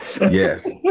Yes